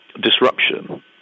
disruption